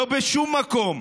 לא בשום מקום.